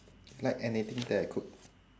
like anything that I cook